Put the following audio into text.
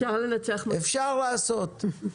אפשר לעשות,